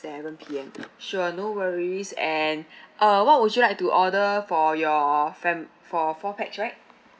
seven P_M sure no worries and uh what would you like to order for your fami~ for four pax right